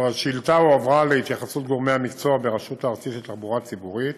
השאילתה הועברה להתייחסות גורמי המקצוע ברשות הארצית לתחבורה ציבורית,